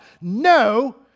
No